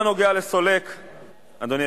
קיימת חשיבות רבה לקיומו של מערך סליקה אמין,